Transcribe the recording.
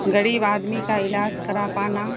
غریب آدمی کا علاج کرا پانا